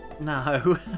No